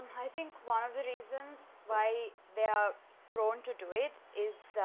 i think one of the reasons why they are prone to do it is.